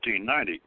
1890